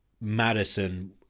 Madison